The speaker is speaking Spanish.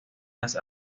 las